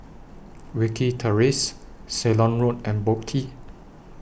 Wilkie Terrace Ceylon Road and Boat Quay